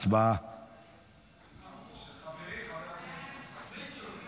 סגנית המזכיר תיקנה אותי.